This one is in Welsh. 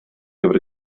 gyfer